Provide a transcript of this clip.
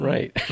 Right